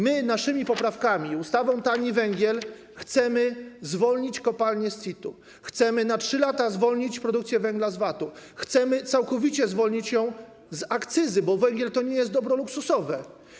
My naszymi poprawkami i ustawą - Tani węgiel chcemy zwolnić kopalnie z CIT-u, chcemy na 3 lata zwolnić produkcję węgla z VAT-u, chcemy całkowicie zwolnić ją z akcyzy, bo węgiel to nie jest dobro luksusowe.